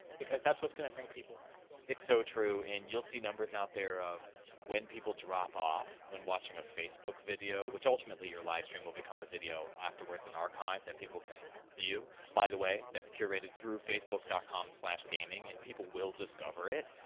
because that's what's gonna bring people on board. it's so true, and you'll see numbers out there of when people drop off, when watching a facebook video, which ultimately your live stream will become a video afterwards in archive, that people can view. by the way, that's curated through facebook com so gaming, and people will discover it.